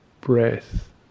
breath